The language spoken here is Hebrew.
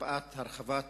הקפאה של הרחבת ההתנחלויות.